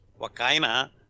Wakaina